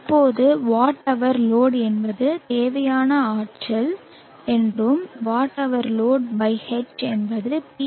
இப்போது WhLoad என்பது தேவையான ஆற்றல் என்றும் WhLoad by H என்பது பி